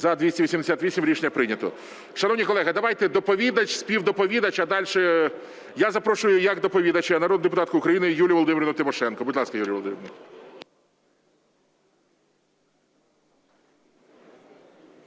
За-288 Рішення прийнято. Шановні колеги, давайте доповідач, співдоповідач, а дальше… Я запрошую як доповідача народну депутатку України Юлію Володимирівну Тимошенко. Будь ласка, Юлія Володимирівна.